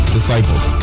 Disciples